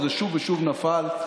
וזה שוב ושוב נפל.